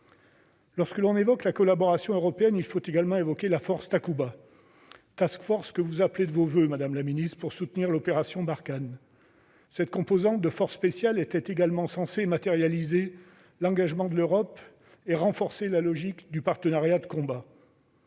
Lorsque l'on évoque la collaboration européenne, il faut également parler de la Takuba, que vous appelez de vos voeux, madame la ministre, pour soutenir l'opération Barkhane. Cette composante de forces spéciales était également censée matérialiser l'engagement de l'Europe et renforcer la logique d'un partenariat de combat.